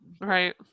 right